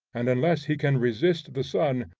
and unless he can resist the sun,